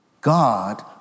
God